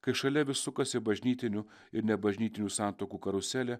kai šalia vis sukasi bažnytinių ir nebažnytinių santuokų karuselė